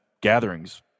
gatherings